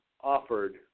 offered